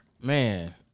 man